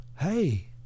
hey